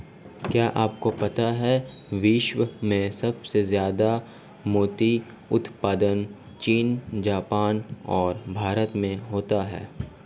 क्या आपको पता है विश्व में सबसे ज्यादा मोती उत्पादन चीन, जापान और भारत में होता है?